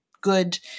good